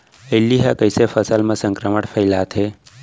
इल्ली ह कइसे फसल म संक्रमण फइलाथे?